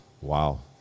Wow